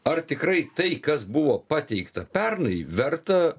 ar tikrai tai kas buvo pateikta pernai verta